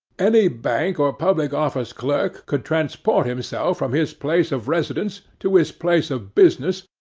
any bank or public-office clerk could transport himself from his place of residence to his place of business,